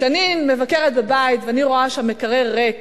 כשאני מבקרת בבית ואני רואה שם מקרר ריק